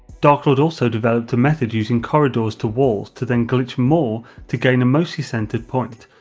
darklord also developed a method using corridors to walls to then glitch more to gain a mostly centered point,